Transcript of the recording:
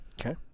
okay